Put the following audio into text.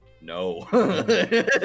no